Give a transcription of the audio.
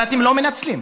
אבל אתם לא מנצלים,